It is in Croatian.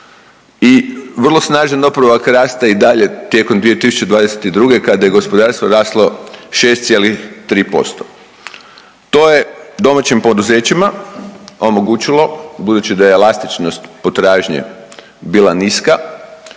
i vrlo snažan oporavak rasta i dalje tijekom 2022. kada je gospodarstvo raslo 6,3%. To je domaćim poduzećima omogućilo budući da je elastičnost potražnje bila niska